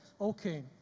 Okay